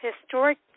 historic